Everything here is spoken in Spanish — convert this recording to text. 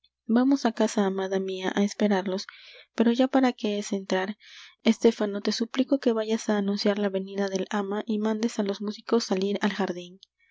vamos á casa amada mia á esperarlos pero ya para qué es entrar estéfano te suplico que vayas á anunciar la venida del ama y mandes á los músicos salir al jardin